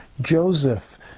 Joseph